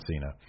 Cena